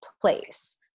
place